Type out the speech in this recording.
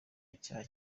icyaha